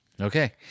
Okay